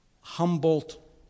Humboldt